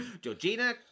Georgina